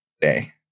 day